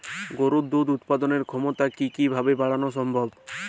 গরুর দুধ উৎপাদনের ক্ষমতা কি কি ভাবে বাড়ানো সম্ভব?